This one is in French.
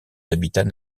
habitats